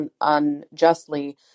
unjustly